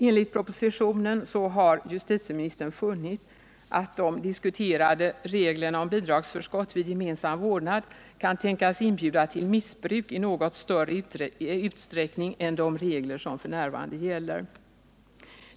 Enligt propositionen har justitieministern funnit att de diskuterade reglerna om bidragsförskott vid gemensam vårdnad kan tänkas inbjuda till missbruk i något större utsträckning än de regler som f. n. gäller.